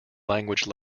language